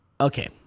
Okay